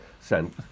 sent